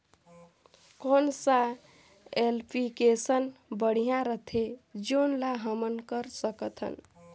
कौन सा एप्लिकेशन बढ़िया रथे जोन ल हमन कर सकथन?